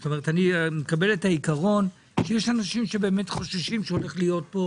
זאת אומרת אני מקבל את העיקרון שיש אנשים שבאמת חוששים שהולך להיות פה